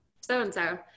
so-and-so